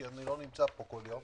כי איני נמצא פה כל יום,